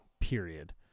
period